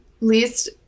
least